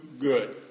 good